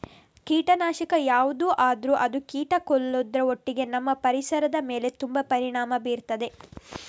ಕೀಟನಾಶಕ ಯಾವ್ದು ಆದ್ರೂ ಅದು ಕೀಟ ಕೊಲ್ಲುದ್ರ ಒಟ್ಟಿಗೆ ನಮ್ಮ ಪರಿಸರದ ಮೇಲೆ ತುಂಬಾ ಪರಿಣಾಮ ಬೀರ್ತದೆ